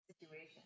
situation